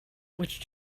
which